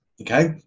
Okay